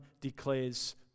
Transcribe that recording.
declares